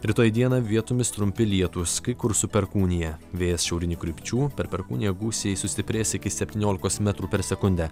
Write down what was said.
rytoj dieną vietomis trumpi lietūs kai kur su perkūnija vėjas šiaurinių krypčių per perkūniją gūsiai sustiprės iki septyniolikos metrų per sekundę